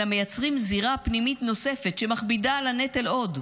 אלא מייצרים זירה פנימית נוספת שמכבידה על הנטל עוד,